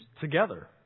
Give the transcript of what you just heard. together